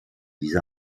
diese